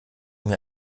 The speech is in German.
mir